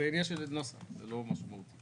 זה עניין של נוסח, זה לא משהו מהותי.